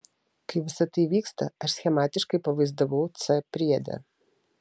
kaip visa tai vyksta aš schematiškai pavaizdavau c priede